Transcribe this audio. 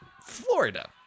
Florida